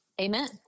amen